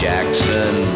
Jackson